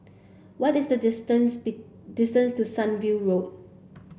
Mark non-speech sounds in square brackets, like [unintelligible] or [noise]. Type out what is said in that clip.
what is the distance [unintelligible] distance to Sunview Road